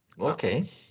Okay